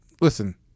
listen